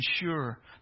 ensure